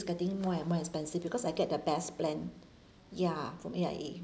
getting more and more expensive because I get the best plan ya from A_I_A